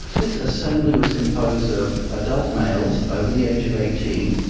this assembly was composed of adult males over the age of eighteen.